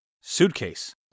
Suitcase